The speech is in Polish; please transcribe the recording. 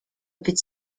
być